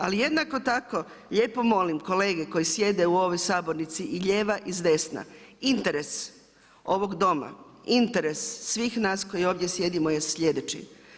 Ali jednako tako, lijepo molim, kolege koji sjede u ovoj sabornici i lijeva i zdesna, interes ovog Doma, interes svih nas koji ovdje sjedimo je slijedeći.